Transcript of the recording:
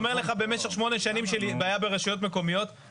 אומר לך שבמשך שמונה שנים של בעיה ברשויות המקומיות,